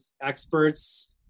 experts